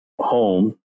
home